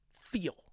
feel